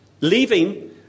leaving